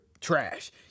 trash